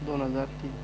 दोन हजार तीन